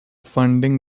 funding